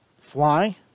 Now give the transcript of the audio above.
fly